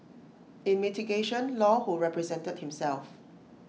in mitigation law who represented himself